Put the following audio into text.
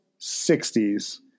60s